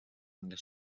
angle